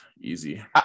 easy